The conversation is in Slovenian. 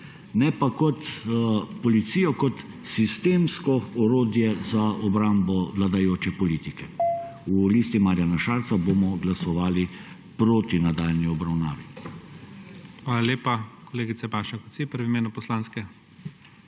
ne pa policijo kot sistemsko orodje za obrambo vladajoče politike. V Listi Marjana Šarca bomo glasovali proti nadaljnji obravnavi.